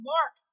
Mark